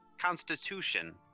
constitution